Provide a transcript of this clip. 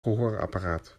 gehoorapparaat